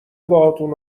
باهاتون